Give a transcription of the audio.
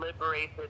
liberated